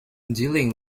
dealing